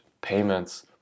payments